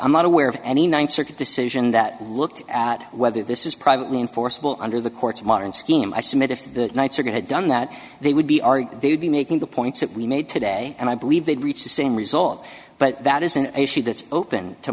i'm not aware of any ninth circuit decision that looked at whether this is privately enforceable under the court's modern scheme i submit if the knights are going to done that they would be are they would be making the points that we made today and i believe they reach the same result but that is an issue that's open to